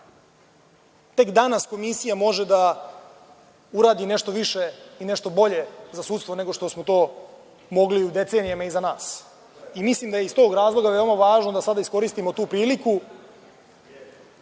Tek danas komisija može da uradi nešto više i nešto bolje za sudstvo nego što smo mogli u decenijama iza nas. Mislim da je iz tog razloga veoma važno da sada iskoristimo tu priliku